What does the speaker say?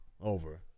over